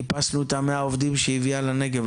חיפשנו את ה-100 עובדים שהביאה לנגב,